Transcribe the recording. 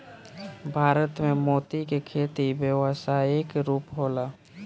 भारत में मोती के खेती व्यावसायिक रूप होला